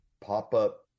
pop-up